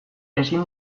ezin